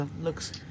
Looks